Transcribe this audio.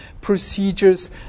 procedures